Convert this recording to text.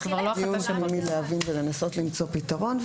תנו לי להבין ולנסות למצוא פתרון.